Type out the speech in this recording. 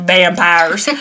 Vampires